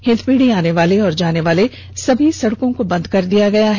हिंदपीढी आने वाली और जाने वाले सभी सड़कों को बंद कर दिया गया है